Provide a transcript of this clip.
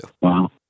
Wow